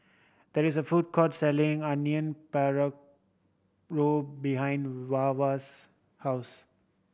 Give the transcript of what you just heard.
there is a food court selling Onion behind Wava's house